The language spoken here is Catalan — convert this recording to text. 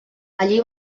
allí